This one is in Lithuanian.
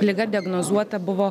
liga diagnozuota buvo